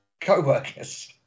co-workers